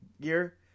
gear